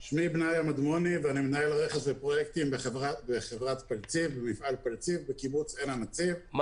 אני מנהל רכש ופרויקטים בחברת פלציב,